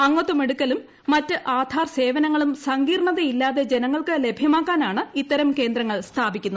അംഗിപ്പ്മെടുക്കലും മറ്റ് ആധാർ സേവനങ്ങളും സങ്കീർണ്ണതയില്ലാതെ ജനങ്ങൾക്ക് ലഭ്യമാക്കാനാണ് ഇത്തരം കേന്ദ്രങ്ങൾ സ്ഥാപിക്കുന്നത്